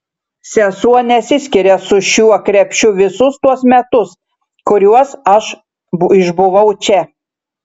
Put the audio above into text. sesuo nesiskiria su šiuo krepšiu visus tuos metus kuriuos aš išbuvau čia